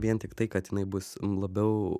vien tiktai kad jinai bus labiau